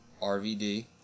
RVD